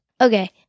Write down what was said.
Okay